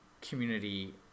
community